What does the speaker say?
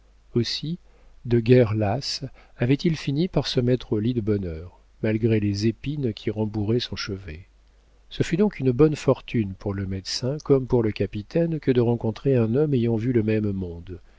aussi de guerre lasse avait-il fini par se mettre au lit de bonne heure malgré les épines qui rembourraient son chevet ce fut donc une bonne fortune pour le médecin comme pour le capitaine que de rencontrer un homme ayant vu le même monde